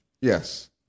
Yes